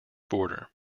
border